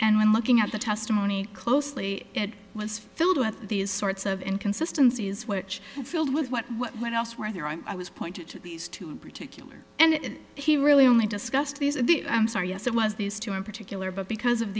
and when looking at the testimony closely it was filled with these sorts of inconsistency is which filled with what what when elsewhere there i'm i was pointed to these two in particular and he really only discussed these in the i'm sorry yes it was these two in particular but because of